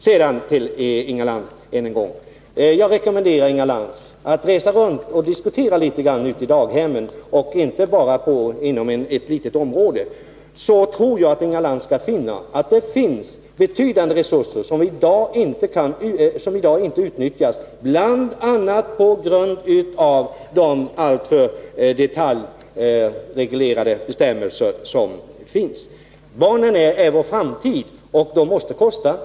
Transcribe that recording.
Sedan ännu en gång: Jag rekommenderar Inga Lantz att resa runt och diskutera litet grand ute i daghemmen och inte bara göra det inom ett litet område. Då tror jag att Inga Lantz skall finna att det är betydande resurser som i dag inte utnyttjas bl.a. på grund av de alltför detaljreglerade bestämmelserna. Barnen är vår framtid, och de måste få kosta.